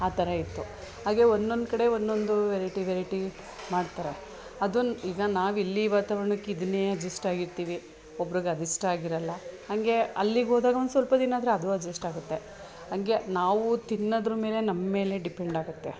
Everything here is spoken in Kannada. ಆ ಥರ ಇತ್ತು ಹಾಗೆ ಒಂದೊಂದು ಕಡೆ ಒಂದೊಂದು ವೆರೈಟಿ ವೆರೈಟಿ ಮಾಡ್ತಾರೆ ಅದು ಈಗ ನಾವು ಇಲ್ಲಿ ವಾತಾವರ್ಣಕ್ಕೆ ಇದನ್ನೇ ಅಜ್ಜೆಸ್ಟ್ ಆಗಿರ್ತೀವಿ ಒಬ್ರಿಗೆ ಅದು ಇಷ್ಟ ಆಗಿರೋಲ್ಲ ಹಾಗೆ ಅಲ್ಲಿಗೋದಾಗ ಒಂದು ಸ್ವಲ್ಪ ದಿನ ಆದರೆ ಅದೂ ಅಜ್ಜಸ್ಟ್ ಆಗುತ್ತೆ ಹಂಗೆ ನಾವೂ ತಿನ್ನೋದ್ರ ಮೇಲೆ ನಮ್ಮೇಲೆ ಡಿಪೆಂಡಾಗುತ್ತೆ